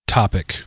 topic